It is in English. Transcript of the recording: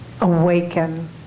awaken